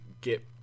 get –